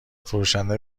فروشنده